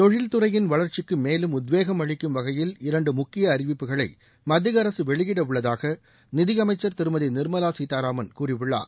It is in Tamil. தொழில்துறையின் வளர்ச்சிக்கு மேலும் உத்வேகம் அளிக்கும் வகையில் இரண்டு முக்கிய அறிவிப்புகளை மத்திய அரசு வெளியிட உள்ளதாக நிதியமைச்சர் திருமதி நிர்மலா சீதாராமன் கூறியுள்ளார்